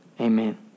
Amen